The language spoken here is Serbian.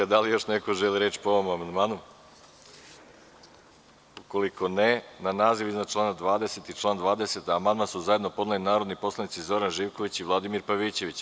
Da li još neko želi reč? (Ne) Na naziv iznad člana 20. i član 20. amandman su zajedno podneli narodni poslanici Zoran Živković i Vladimir Pavićević.